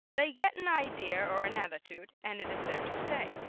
they get an idea or an attitude and it is there to stay.